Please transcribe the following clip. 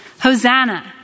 Hosanna